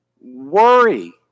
worry